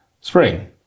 spring